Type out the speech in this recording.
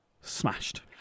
smashed